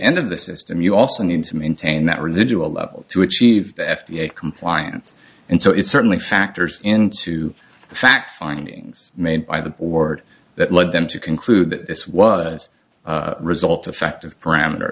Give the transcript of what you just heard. end of the system you also need to maintain that residual level to achieve the f d a compliance and so it certainly factors into the fact findings made by the board that led them to conclude that this was result effect of parameter